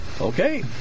Okay